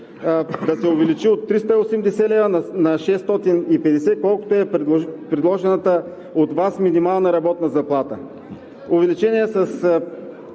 да се увеличи от 380 лв. на 650 лв., колкото е предложената от Вас минимална работна заплата. Увеличение с